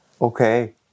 Okay